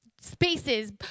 spaces